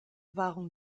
waren